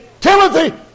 Timothy